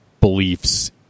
beliefs